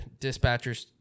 dispatchers